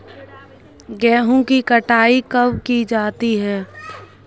गेहूँ की कटाई कब की जाती है?